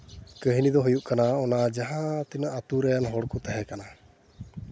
ᱠᱟᱹᱦᱱᱤ ᱫᱚ ᱦᱩᱭᱩᱜ ᱠᱟᱱᱟ ᱚᱱᱟ ᱡᱟᱦᱟᱸ ᱛᱤᱱᱟᱹᱜ ᱟᱛᱳ ᱨᱮᱱ ᱦᱚᱲ ᱠᱚ ᱛᱟᱦᱮᱸ ᱠᱟᱱᱟ